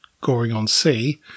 Goring-on-Sea